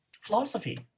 philosophy